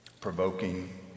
provoking